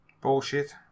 Bullshit